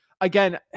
again